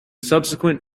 subsequent